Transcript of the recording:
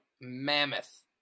mammoth